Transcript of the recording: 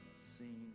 seen